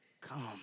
come